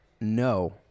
No